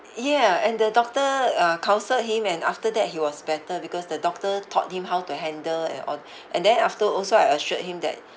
ya and the doctor uh counselled him and after that he was better because the doctor taught him how to handle and all and then after also I assured him that